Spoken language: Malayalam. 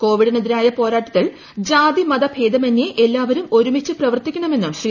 കോവിഡിനെതിരായ പോരാട്ടത്തിൽ ജാതി മതഭേദമന്യേ എല്ലാവരും ഒരുമിച്ച് പ്രവർത്തിക്കണമെന്നും ശ്രീ